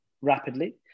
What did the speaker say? rapidly